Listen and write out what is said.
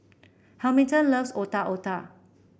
Hamilton loves Otak Otak